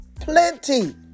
plenty